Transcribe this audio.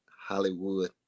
hollywood